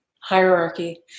hierarchy